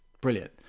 brilliant